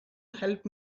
help